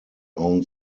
own